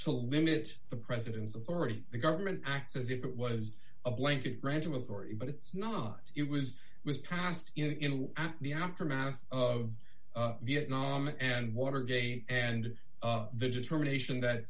to limit the president's authority the government acts as if it was a blanket graduate ory but it's not it was was passed in the aftermath of vietnam and watergate and the determination that